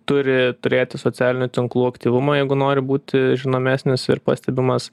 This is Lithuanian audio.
turi turėti socialinių tinklų aktyvumą jeigu nori būti žinomesnis ir pastebimas